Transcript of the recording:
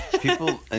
People –